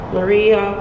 Maria